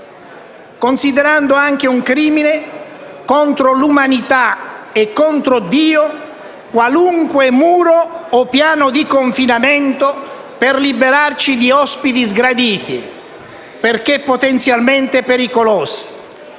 considerando anche un crimine contro l'umanità e contro Dio qualunque muro o piano di confinamento per liberarci di ospiti sgraditi, perché potenzialmente pericolosi.